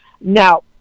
now